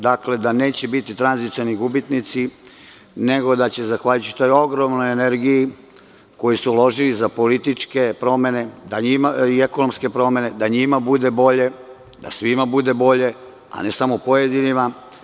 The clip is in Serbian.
Dakle, da neće biti tranzicioni gubitnici, nego da će zahvaljujući tog ogromnoj energiji, koju su uložili za političke promene i ekonomske promene, njima biti bolje, da će svima biti bolje, a ne samo pojedinima.